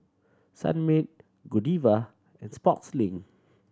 Sunmaid Godiva and Sportslink